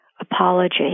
apology